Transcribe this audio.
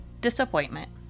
Disappointment